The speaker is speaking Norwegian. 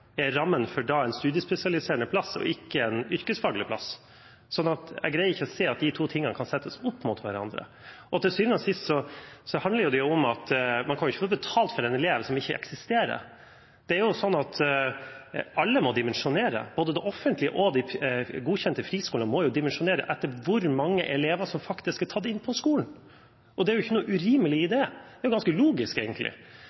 er rammen for en studiespesialiserende plass og ikke en yrkesfaglig plass. Så jeg greier ikke å se at de to tingene kan settes opp mot hverandre. Til syvende og sist handler det om at man ikke kan få betalt for en elev som ikke eksisterer. Det er jo sånn at alle må dimensjonere. Både de offentlige og de godkjente friskolene må dimensjonere etter hvor mange elever som faktisk er tatt inn på skolen. Det er ikke noe urimelig i